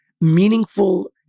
meaningful